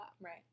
Right